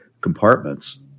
compartments